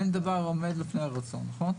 אין דבר העומד בפני הרצון, נכון?